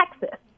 Texas